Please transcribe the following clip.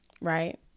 right